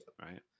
Right